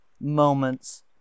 moments